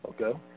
Okay